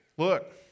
look